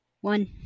one